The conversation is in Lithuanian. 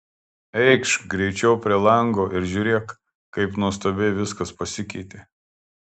eikš greičiau prie lango ir žiūrėk kaip nuostabiai viskas pasikeitė